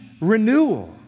renewal